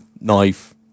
knife